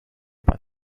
but